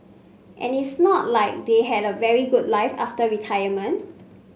and it's not like they had a very good life after retirement